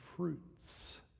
Fruits